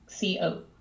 CO